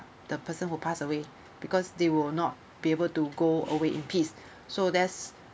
the person who passed away because they will not be able to go away in peace so that's